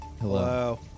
Hello